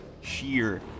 sheer